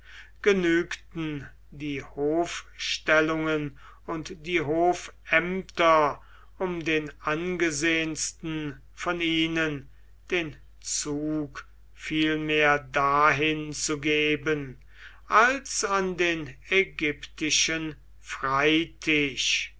genügten die hofstellungen und die hofämter um den angesehensten von ihnen den zug vielmehr dahin zu geben als an den ägyptischen freitisch